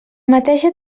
mateixa